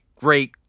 great